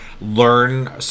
learn